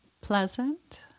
pleasant